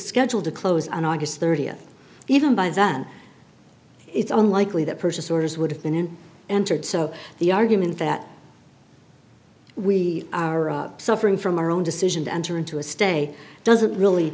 scheduled to close on august th even by then it's unlikely that purchase orders would have been in answered so the argument that we are suffering from our own decision to enter into a stay doesn't really